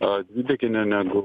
a dvideginio negu